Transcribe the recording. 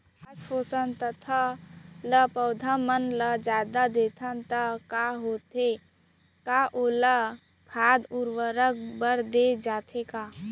Phosphorus तथा ल पौधा मन ल जादा देथन त का होथे हे, का ओला खाद उर्वरक बर दे जाथे का?